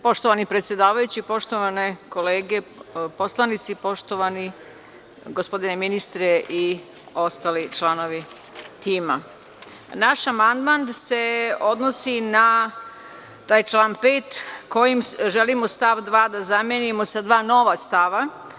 Poštovani predsedavajući, poštovane kolege poslanici, poštovani gospodine ministre i ostali članovi tima, naš amandman se odnosi na taj član 5. kojim želimo stav 2. da zamenimo sa dva nova stava.